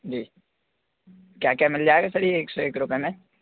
जी क्या क्या मिल जाएगा सर यह एक सौ एक रुपये में